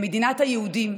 למדינת היהודים.